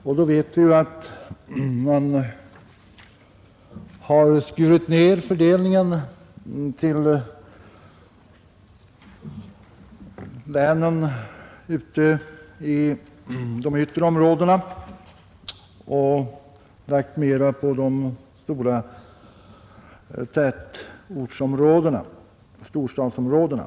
Vi vet att fördelningen till länen i de yttre områdena nedskrivits, medan man lagt mera på de stora tätortsområdena, storstadsområdena.